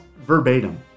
verbatim